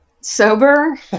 Sober